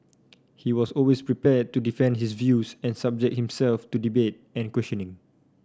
he was always prepared to defend his views and subject himself to debate and questioning